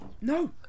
No